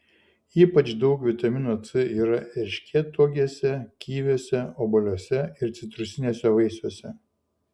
ypač daug vitamino c yra erškėtuogėse kiviuose obuoliuose ir citrusiniuose vaisiuose